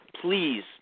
please